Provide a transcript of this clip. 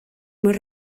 mwyn